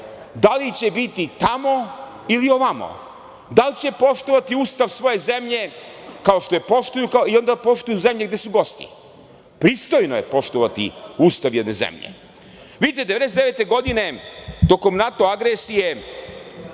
da li će biti tamo ili ovamo, da li će poštovati Ustav svoje zemlje, kao što je poštuju i onda poštuju zemlje gde su gosti. Pristojno je poštovati Ustav jedne zemlje. Vidite 1999. godine tokom NATO agresije